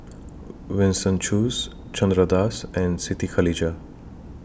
Winston Choos Chandra Das and Siti Khalijah